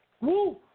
Woo